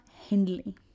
hindley